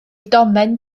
domen